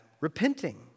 repenting